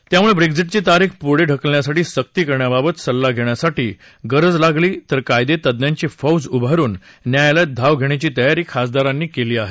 त्यामुळे ब्रेक्झिटची तारीख पुढे ढकलण्यासाठी सक्ती करण्याबाबत सल्ला घेण्यासाठी गरज लागली तर कायदेतज्ञांची फौज उभारून न्यायालयात धाव घेण्याची तयारी खासदारांनी केली आहे